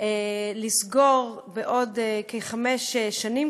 לסגור כבר בעוד כחמש שנים,